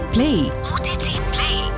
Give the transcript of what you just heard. Play